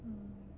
mm